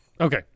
Okay